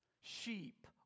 sheep